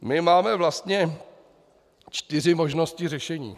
My máme vlastně čtyři možnosti řešení.